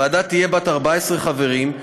בוועדה יהיו 14 חברים,